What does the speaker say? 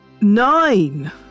Nine